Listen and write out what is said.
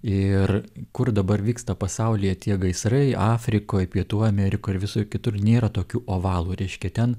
ir kur dabar vyksta pasaulyje tie gaisrai afrikoj pietų amerikoj ir visur kitur nėra tokių ovalų reiškia ten